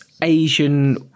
Asian